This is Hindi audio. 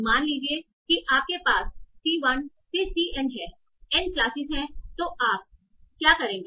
मान लीजिए कि आपके पास C 1 से C n है n classes हैं तो आप क्या करेंगे